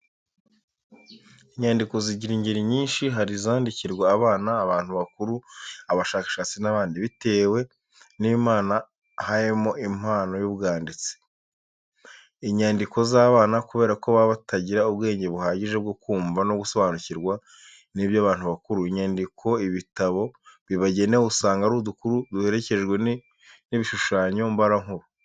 Inyandiko zigira ingeri nyinshi. Hari izandikirwa abana, abantu bakuru, abashakashatsi n'abandi, bitewe n'Imana hayemo impano y'ubwanditsi. Inyandiko z'abana, kubera ko baba bataragira ubwenge buhagije bwo kumva no gusobanukirwa n'iby'abantu bakuru, inyandiko, ibitabo bibagenewe usanga ari udukuru duherekejwe n'ibishushanyo mbarankuru.